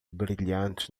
brilhantes